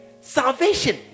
salvation